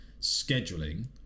scheduling